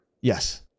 Yes